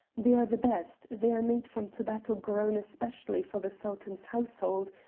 they are the best they are made from tobacco grown especially for the sultan's household,